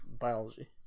biology